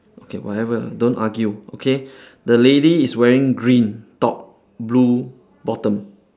okay whatever don't argue okay the lady is wearing green top blue bottom